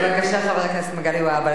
בבקשה, חבר הכנסת מגלי והבה.